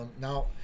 Now